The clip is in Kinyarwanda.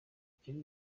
gukira